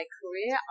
career